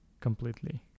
completely